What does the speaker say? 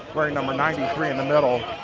number ninety three in the middle.